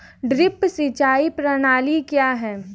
Drip सिंचाई प्रणाली क्या है?